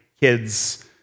kids